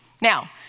Now